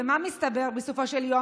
ומה מסתבר בסופו של יום?